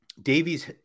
Davies